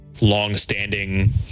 long-standing